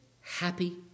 happy